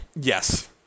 Yes